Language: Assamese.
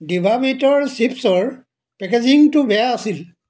ডিভা বীটৰ চিপ্ছৰ পেকেজিঙটো বেয়া আছিল